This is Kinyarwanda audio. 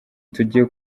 tugiye